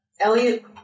Elliot